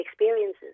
experiences